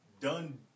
done